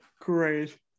Great